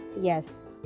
Yes